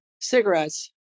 Cigarettes